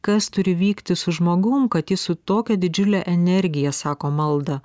kas turi vykti su žmogum kad jis su tokia didžiule energija sako maldą